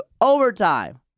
overtime